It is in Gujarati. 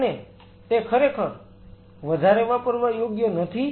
અને તે ખરેખર વધારે વાપરવા યોગ્ય નથી